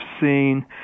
seen